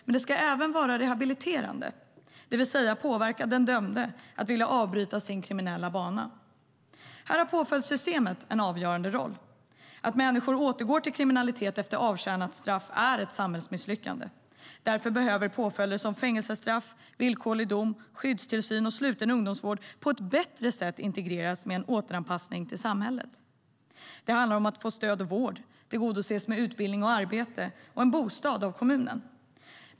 Men det ska även vara rehabiliterande, det vill säga påverka den dömde att vilja avbryta sin kriminella bana. Här har påföljdssystemet en avgörande roll. Att människor återgår till kriminalitet efter avtjänat straff är ett samhällsmisslyckande. Därför behöver påföljder som fängelsestraff, villkorlig dom, skyddstillsyn och sluten ungdomsvård på ett bättre sätt integreras med en återanpassning till samhället. Det handlar om att få stöd och vård och tillgodoses med utbildning och arbete och en bostad av kommunen.